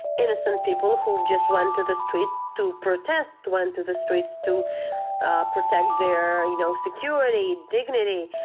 innocent people who just went to the street to protest, went to the streets to ah protect their, you know, security, dignity.